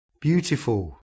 Beautiful